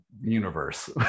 universe